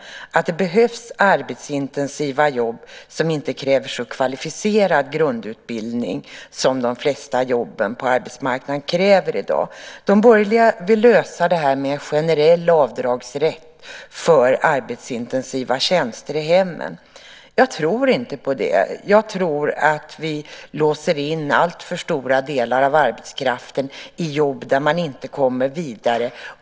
Det behövs arbetsintensiva jobb som inte kräver så kvalificerad grundutbildning som de flesta jobben på arbetsmarknaden gör i dag. De borgerliga vill lösa detta med en generell avdragsrätt för arbetsintensiva tjänster i hemmen. Jag tror inte på det. Jag tror att vi låser in alltför stora delar av arbetskraften i jobb där man inte kommer vidare.